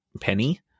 Penny